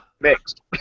Mixed